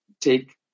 take